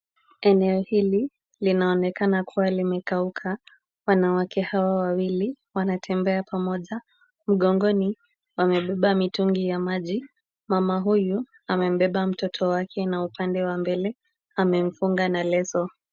Eneo hili linaonekana kuwa limekauka, wanawake hawa wawili, wanatembea pamoja, mngongoni wamebeba mitungi ya maji, mama huyu amebeba mtoto wake na upande wa mbele amemfunga na leso.